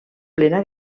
plena